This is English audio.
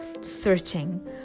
searching